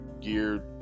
Gear